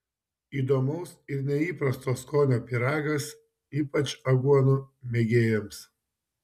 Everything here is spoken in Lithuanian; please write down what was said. įdomaus ir neįprasto skonio pyragas ypač aguonų mėgėjams